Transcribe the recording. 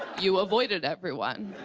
you avoided everyone.